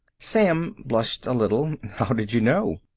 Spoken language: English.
sam blushed a little. how did you know?